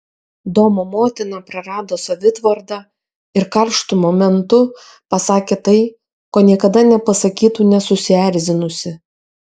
domo motina prarado savitvardą ir karštu momentu pasakė tai ko niekada nepasakytų nesusierzinusi